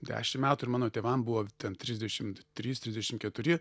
dešim metų ir mano tėvam buvo ten trisdešimt trys trisdešim keturi